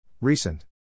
Recent